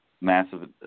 massive